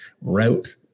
route